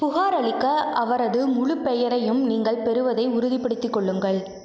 புகாரளிக்க அவரது முழுப் பெயரையும் நீங்கள் பெறுவதை உறுதிப்படுத்திக் கொள்ளுங்கள்